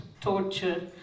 torture